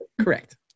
correct